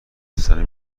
بستنی